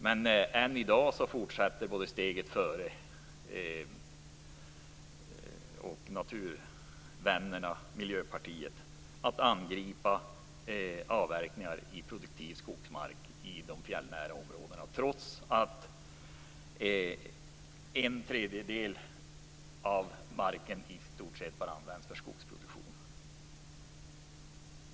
Men än i dag fortsätter Steget före, naturvännerna och Miljöpartiet att angripa avverkningar i produktiv skogsmark i de fjällnära områdena trots att bara en tredjedel av marken i stort sett används för skogsproduktion.